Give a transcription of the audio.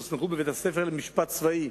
קצינים שהוסמכו בבית-הספר למשפט צבאי